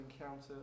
encounter